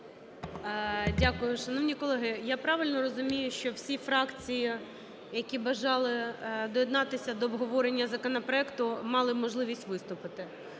Дякую. Шановні колеги, я правильно розумію, що всі фракції, які бажали доєднатися до обговорення законопроекту, мали можливість виступити?